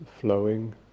flowing